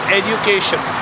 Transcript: education